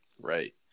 right